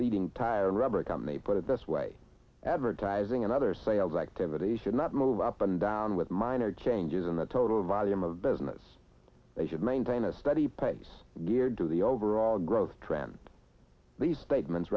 leading tire rubber company put it this way advertising and other sales activity should not move up and down with minor changes in the total volume of business they should maintain a steady pace year to the overall growth trend these statements